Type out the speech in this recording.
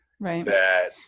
Right